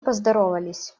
поздоровались